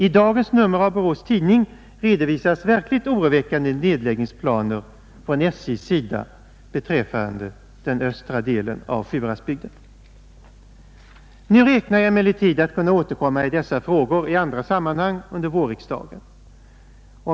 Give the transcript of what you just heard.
I dagens nummer av Borås Tidning redovisas verkligt oroväckande nedläggningsplaner från SJ:s sida beträffande den östra delen av Sjuhäradsbygden. Nu räknar jag emellertid med att kunna återkomma i dessa frågor i andra sammanhang under vårriksdagen.